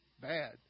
bad